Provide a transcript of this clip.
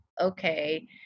okay